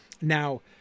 Now